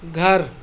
گھر